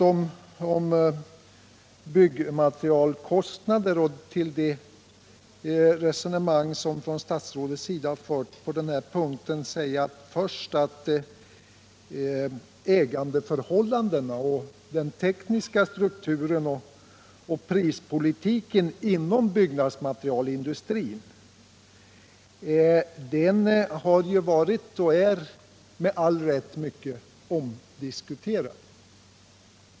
Om byggmaterialkostnaderna och det resonemang som statsrådet Friggebo förde på den punkten vill jag säga att ägandeförhållandena, den tekniska strukturen och prispolitiken inom byggnadsmaterialindustrin har varit och är med all rätt mycket omdiskuterade.